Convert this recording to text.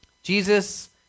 Jesus